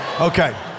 Okay